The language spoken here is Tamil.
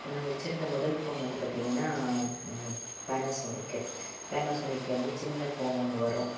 நான் வச்சுருந்த முதல் ஃபோன் வந்து பார்த்திங்கன்னா பேனசோனிக்கு பேனசோனிக்கில் வந்து சின்ன ஃபோன் ஒன்று வரும்